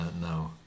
No